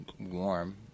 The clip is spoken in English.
warm